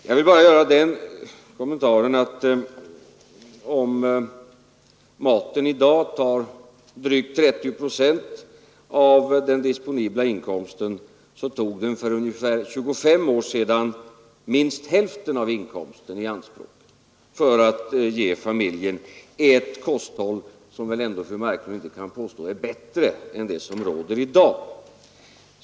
Jag vill bara göra den kommentaren att om maten i dag tar drygt 30 procent av den disponibla inkomsten, så tog den för ungefär 25 år sedan i anspråk minst hälften av inkomsten, och det för att ge familjen ett kosthåll som väl fru Marklund ändå inte kan påstå är bättre än det som är vanligt i dag.